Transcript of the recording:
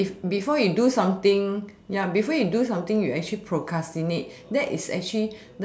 if before you do something ya before you do something you actually procrastinate that is actually